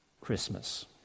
Christmas